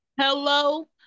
hello